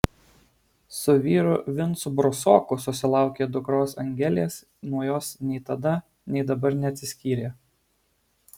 su vyru vincu brusoku susilaukė dukros angelės nuo jos nei tada nei dabar neatsiskyrė